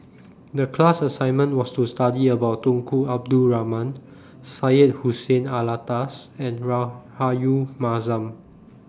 The class assignment was to study about Tunku Abdul Rahman Syed Hussein Alatas and Rahayu Mahzam